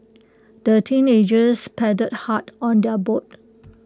the teenagers paddled hard on their boat